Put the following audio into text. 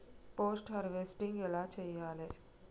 Post harvesting ఎలా చెయ్యాలే?